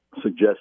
suggest